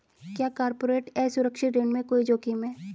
क्या कॉर्पोरेट असुरक्षित ऋण में कोई जोखिम है?